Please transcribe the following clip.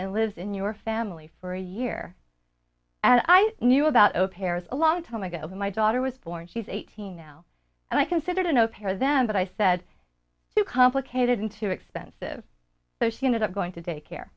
and lives in your family for a year and i knew about a paris a long time ago my daughter was born she's eighteen now and i considered an au pair then but i said too complicated and too expensive so she ended up going to daycare